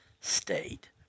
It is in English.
state